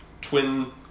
twin